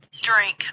drink